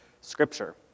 scripture